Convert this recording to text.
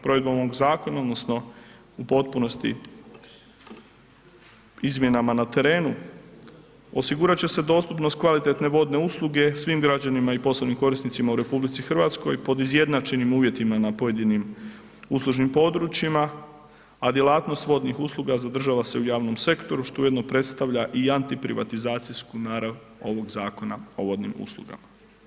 Provedbom ovog zakona odnosno u potpunosti izmjenama na terenu osigurat će se dostupnost kvalitetne vodne usluge svim građanima i poslovnim korisnicima u RH pod izjednačenim uvjetima na pojedinim uslužnim područjima, a djelatnost vodnih usluga zadržava se u javnom sektoru, što ujedno predstavlja i antiprivatizacijsku narav ovog Zakona o vodnim uslugama.